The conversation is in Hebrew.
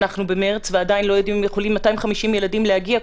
אנחנו בחודש מרץ ועדיין לא יודעים אם יכולים 250 ילדים להגיע,